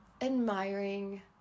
admiring